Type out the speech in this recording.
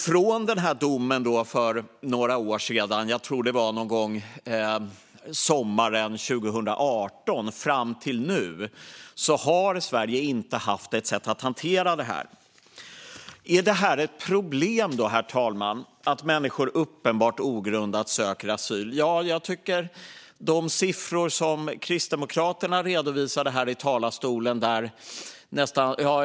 Från den här domen för några år sedan - jag tror att den kom någon gång sommaren 2018 - och fram till nu har Sverige alltså inte haft ett sätt att hantera detta. Är det då ett problem, herr talman, att människor uppenbart ogrundat söker asyl? Vi kan titta på de siffror som Kristdemokraterna redovisade här i talarstolen.